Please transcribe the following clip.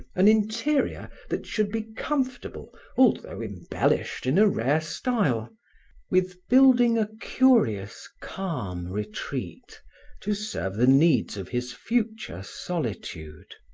an interior that should be comfortable although embellished in a rare style with building a curious, calm retreat to serve the needs of his future solitude.